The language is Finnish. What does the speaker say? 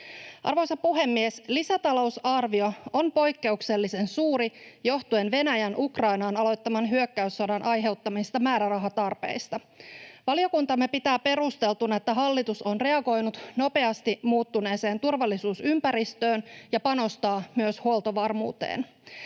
Arvoisa puhemies! Lisätalousarvio on poikkeuksellisen suuri johtuen Venäjän Ukrainaan aloittaman hyökkäyssodan aiheuttamista määrärahatarpeista. Valiokuntamme pitää perusteltuna, että hallitus on reagoinut nopeasti muuttuneeseen turvallisuusympäristöön ja panostaa myös huoltovarmuuteen.